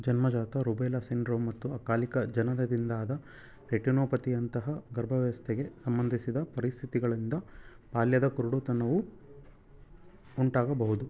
ಜನ್ಮಜಾತ rubella syndrome ಮತ್ತು ಅಕಾಲೀಕ ಜನನದಿಂದಾದ ರೆಟಿನೋಪತಿಯಂತಹ ಗರ್ಭಾವಸ್ಥೆಗೆ ಸಂಬಂಧಿಸಿದ ಪರಿಸ್ಥಿತಿಗಳಿಂದ ಬಾಲ್ಯದ ಕುರುಡುತನವು ಉಂಟಾಗಬಹುದು